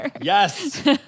Yes